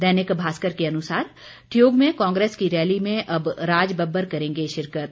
दैनिक भास्कर के अनुसार ठियोग में कांग्रेस की रैली में अब राजबब्बर करेंगे शिरकत